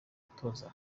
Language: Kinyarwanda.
utoza